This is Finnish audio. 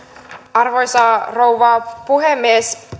arvoisa rouva puhemies